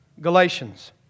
Galatians